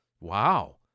wow